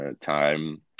time